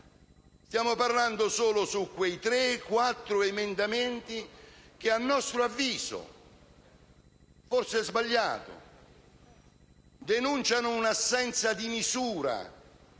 ma solo su quei tre o quattro emendamenti che a nostro avviso - forse è sbagliato - denunciano un'assenza di misura